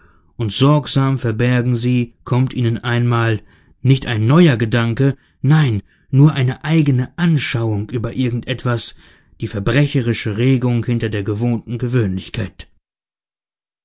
und sorgsam verbergen sie kommt ihnen einmal nicht ein neuer gedanke nein nur eine eigene anschauung über irgend etwas die verbrecherische regung hinter der gewohnten gewöhnlichkeit